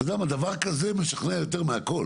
אתה יודע, דבר כזה משכנע יותר מהכול.